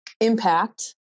impact